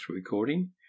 recording